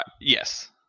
Yes